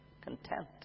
content